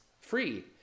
free